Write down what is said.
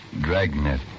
Dragnet